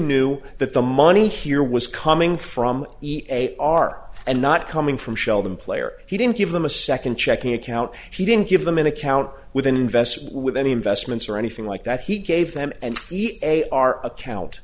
knew that the money here was coming from a r and not coming from sheldon player he didn't give them a second checking account she didn't give them an account with an investment with any investments or anything like that he gave them and each day our account